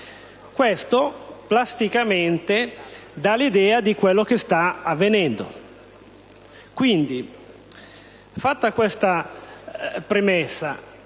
Questo plasticamente dà l'idea di quello che sta avvenendo. Fatta questa premessa,